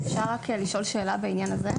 אפשר לשאול שאלה בעניין הזה?